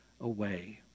away